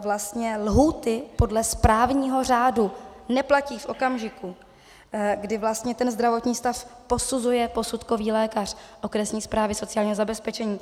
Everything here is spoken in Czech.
Vlastně lhůty podle správního řádu neplatí v okamžiku, kdy zdravotní stav posuzuje posudkový lékař okresní správy sociálního zabezpečení.